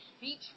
beach